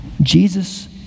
Jesus